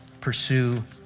pursue